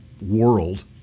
world